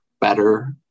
better